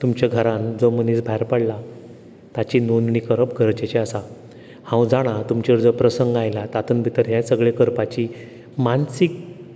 तुमच्या घरान जो मनीस भायर पडला ताची नोंदणी करप गरजेचें आसा हांव जाणा तुमचेर जो प्रसंग आयला तातून भितर हें सगलें करपाची मानसीक